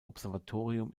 observatorium